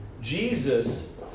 Jesus